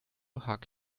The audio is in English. hug